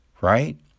right